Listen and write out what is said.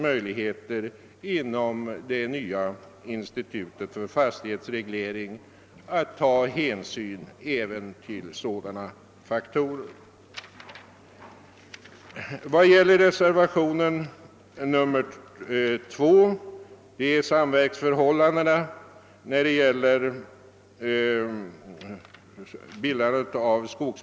Möjligheter bör finnas inom det nya institutet för fastighetsreglering att ta hänsyn till även sådana faktorer.